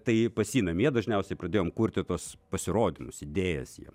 tai pas jį namie dažniausiai pradėjom kurti tuos pasirodymus idėjas jiem